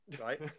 right